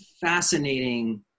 fascinating